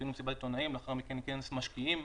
עשינו מסיבת עיתונאים, לאחר מכן כנס משקיעים,